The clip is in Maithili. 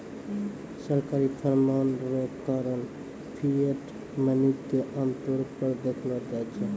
सरकारी फरमान रो कारण फिएट मनी के आमतौर पर देखलो जाय छै